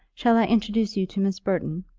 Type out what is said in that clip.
shall i introduce you to miss burton?